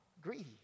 greedy